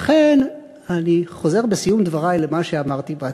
לכן אני חוזר בסיום דברי למה שאמרתי בהתחלה.